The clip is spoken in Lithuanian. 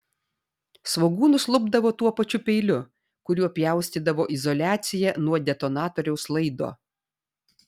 svogūnus lupdavo tuo pačiu peiliu kuriuo pjaustydavo izoliaciją nuo detonatoriaus laido